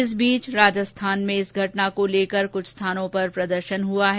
इस बीच राजस्थान में इस घटना को लेकर कुछ स्थानों पर प्रदर्शन हुआ है